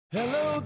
Hello